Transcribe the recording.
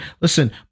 Listen